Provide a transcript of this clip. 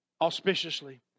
auspiciously